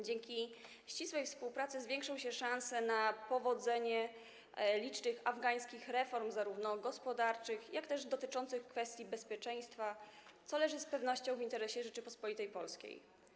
Dzięki ścisłej współpracy zwiększą się szanse na powodzenie licznych afgańskich reform, zarówno gospodarczych, jak też dotyczących kwestii bezpieczeństwa, co leży z pewnością w interesie Rzeczypospolitej Polskiej.